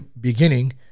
beginning